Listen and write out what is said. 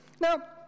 Now